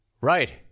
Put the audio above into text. Right